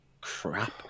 crap